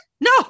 No